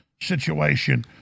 situation